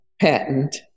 patent